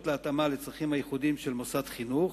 להתאמה לצרכים הייחודיים של מוסד חינוך,